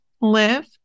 live